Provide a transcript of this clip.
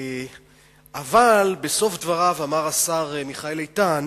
אבל בסוף דבריו אמר השר מיכאל איתן